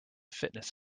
fitness